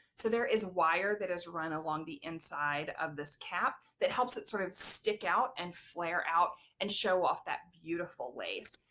so there is wire that is run along the inside of this cap that helps it sort of stick out and flare out and show off that beautiful lace.